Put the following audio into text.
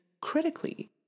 critically